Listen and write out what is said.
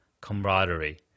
camaraderie